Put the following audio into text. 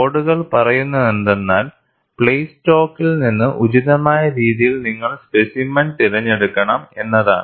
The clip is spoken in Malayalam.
കോഡുകൾ പറയുന്നതെന്തെന്നാൽ പ്ലേറ്റ് സ്റ്റോക്കിൽ നിന്ന് ഉചിതമായ രീതിയിൽ നിങ്ങൾ സ്പെസിമെൻ തിരഞ്ഞെടുക്കണം എന്നതാണ്